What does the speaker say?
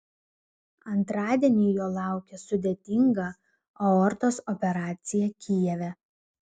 antradienį jo laukė sudėtinga aortos operacija kijeve